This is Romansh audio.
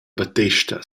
battesta